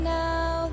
now